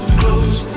close